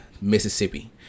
mississippi